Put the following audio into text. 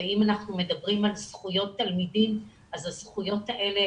ואם אנחנו מדברים על זכויות תלמידים אז הזכויות האלה